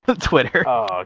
Twitter